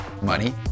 Money